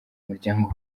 muryango